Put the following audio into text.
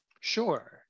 Sure